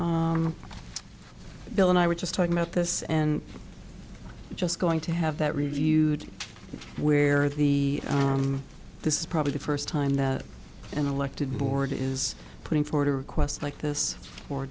item bill and i were just talking about this and just going to have that review where the this is probably the first time that an elected board is putting forth a request like this for